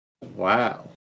wow